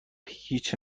هیچی